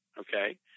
okay